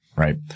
Right